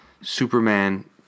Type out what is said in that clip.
Superman